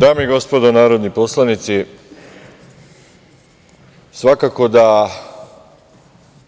Dame i gospodo narodni poslanici, svakako da